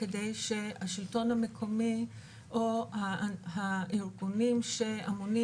כדי שהשלטון המקומי או הארגונים שאמונים